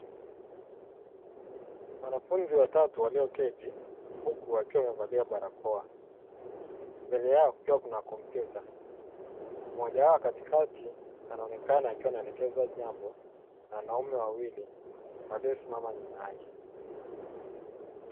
Wanafunzi watatu walioketi huku wakiwa wamevalia barakoa. Mbele yao kukiwa kuna kompyuta, mmoja wao katikati anaonekana akiwa anaelekeza jambo na wanaume wawili waliosimama nyuma yake.